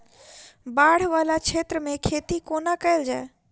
बाढ़ वला क्षेत्र मे खेती कोना कैल जाय?